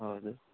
ಹೌದು